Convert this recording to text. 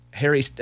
Harry